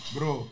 Bro